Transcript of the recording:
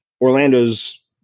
Orlando's